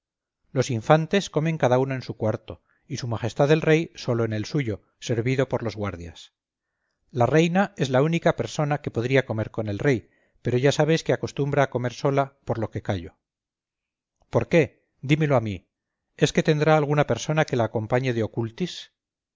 los infantes comen cada uno en su cuarto y s m el rey solo en el suyo servido por los guardias la reina es la única persona que podría comer con el rey pero ya sabes que acostumbra comer sola por lo que callo por qué dímelo a mí es que tendrá alguna persona que la acompañe de ocultis